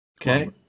Okay